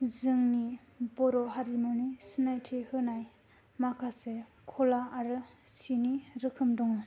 जोंनि बर' हारिमुनि सिनायथि होनाय माखासे कला आरो सिनि रोखोम दंङ